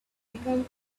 become